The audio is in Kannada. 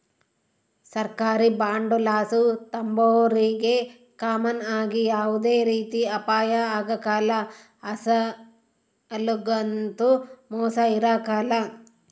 ಸರ್ಕಾರಿ ಬಾಂಡುಲಾಸು ತಾಂಬೋರಿಗೆ ಕಾಮನ್ ಆಗಿ ಯಾವ್ದೇ ರೀತಿ ಅಪಾಯ ಆಗ್ಕಲ್ಲ, ಅಸಲೊಗಂತೂ ಮೋಸ ಇರಕಲ್ಲ